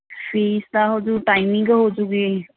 fees ਦਾ ਹੋ ਜਾਊ ਟਾਈਮਿੰਗ ਹੋ ਜਾਊਗੀ